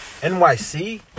NYC